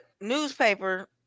newspaper